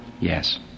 Yes